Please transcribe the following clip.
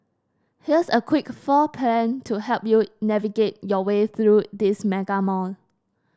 here's a quick floor plan to help you navigate your way through this mega mall